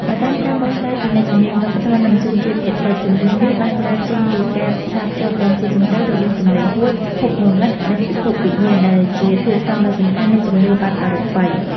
បើតាមការបកស្រាយពីអ្នកជំនាញវប្បធម៌ និងជនជាតិភាគតិច ជំនឿនេះបានកើតចេញពីការផ្សារភ្ជាប់យ៉ាងស៊ីជម្រៅរវាងសំឡេងហួច ភពងងឹត និងពិភពវិញ្ញាណ ដែលជាធាតុផ្សំដ៏សំខាន់នៃជំនឿបែបអរូបី។